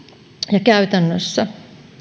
ja käytännössä